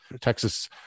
Texas